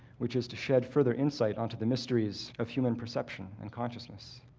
which is to shed further insight onto the mysteries of human perception and consciousness.